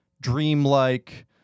dreamlike